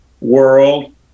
world